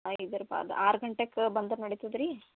ಹಾಂ ಇದ್ರ ಪಾದ ಆರು ಗಂಟೆಕ್ ಬಂದ್ರೆ ನೆಡಿತದೆ ರೀ